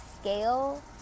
scale